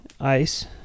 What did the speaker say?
Ice